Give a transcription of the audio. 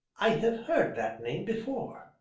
i have heard that name before.